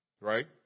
Right